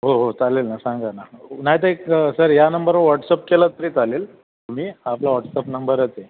हो हो चालेल ना सांगा ना नाहीतर एक सर या नंबरवर व्हॉट्सप केला तरी चालेल तुम्ही आपला हॉट्सप नंबरच आहे